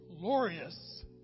glorious